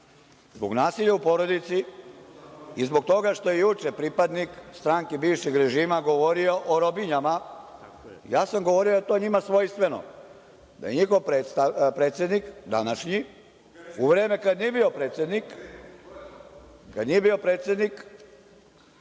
nasilja u porodici i zbog toga što je juče pripadnik stranke bivšeg režima govorio o robinjama, ja sam govorio da je to njima svojstveno, da je njihov predsednik današnji, u vreme kada nije bio predsednik, žene koristio